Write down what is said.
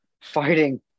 fighting